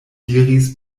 diris